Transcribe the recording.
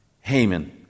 Haman